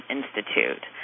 Institute